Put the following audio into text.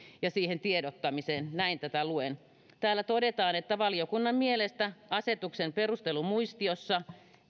ja siihen tiedottamiseen näin tätä luen täällä todetaan että valiokunnan mielestä asetuksen perustelumuistiossa